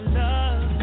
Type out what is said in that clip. love